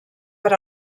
per